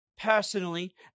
personally